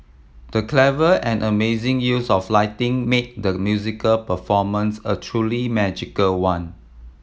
the clever and amazing use of lighting made the musical performance a truly magical one